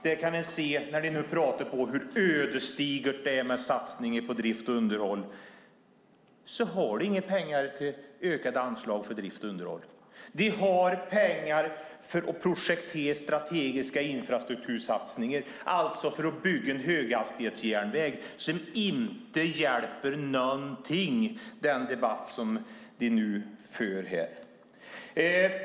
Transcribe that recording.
Där kan man se, när ni nu pratar om hur ödesdigert det är med satsningen på drift och underhåll, att ni inte har några pengar till ökade anslag för drift och underhåll. Ni har pengar för att projektera strategiska infrastruktursatsningar, alltså för att bygga en höghastighetsjärnväg som inte hjälper någonting i fråga om den debatt som förs här.